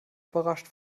überrascht